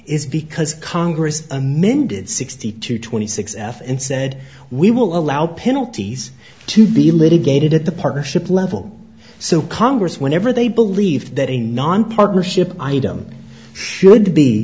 is because congress amended sixty to twenty six f and said we will allow penalties to be litigated at the partnership level so congress whenever they believe that a non partnership item should